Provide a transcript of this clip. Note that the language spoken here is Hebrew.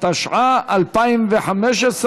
התשע"ה 2015,